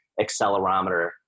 accelerometer